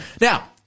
Now